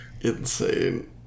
Insane